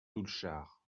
doulchard